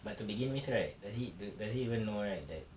but to begin with right does he do~ does he even know right that